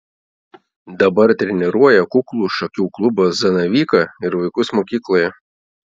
dabar treniruoja kuklų šakių klubą zanavyką ir vaikus mokykloje